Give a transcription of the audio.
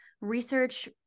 research